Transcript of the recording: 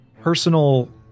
personal